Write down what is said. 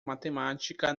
matemática